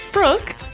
Brooke